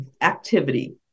Activity